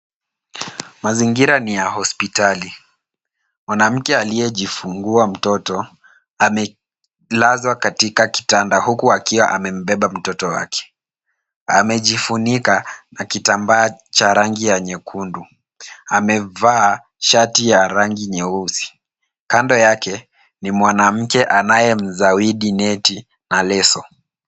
Mazingira ni ya hospitali. Mwanamke aliyejifingua mtoto amelazwa katika kitanda, huku akiwa amembeba mtoto wake. Amejifunika na kitambaa cha rangi ya nyekundu. Amevaa shati ya rangi nyeusi. Kando yake ni mwanamke anayemzawadi neti na leso.